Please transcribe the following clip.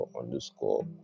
underscore